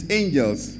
angels